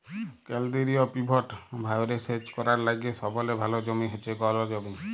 কেলদিরিয় পিভট ভাঁয়রে সেচ ক্যরার লাইগে সবলে ভাল জমি হছে গল জমি